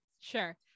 Sure